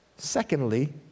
Secondly